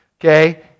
okay